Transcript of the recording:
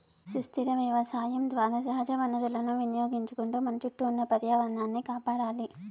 సుస్థిర వ్యవసాయం ద్వారా సహజ వనరులను వినియోగించుకుంటూ మన చుట్టూ ఉన్న పర్యావరణాన్ని కాపాడాలి